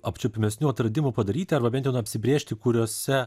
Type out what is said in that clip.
apčiuopiamesnių atradimų padaryti arba bent jau na apsibrėžti kuriuose